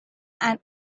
and